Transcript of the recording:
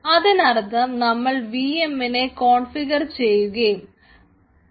അതിനർത്ഥം നമ്മൾക്ക് V M നെ കോൺഫിഗർ ചെയ്യുവാൻ സാധിക്കും